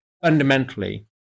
Fundamentally